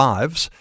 Lives